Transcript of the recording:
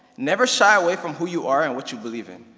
never shy away from who you are and what you believe in.